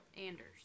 Anders